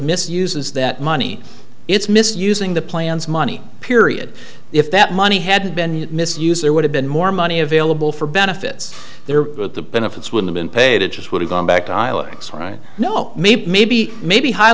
misuses that money it's misusing the plan's money period if that money had been misused there would have been more money available for benefits there but the benefits would have been paid it just would have gone back to iowa right no maybe maybe maybe high